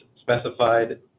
specified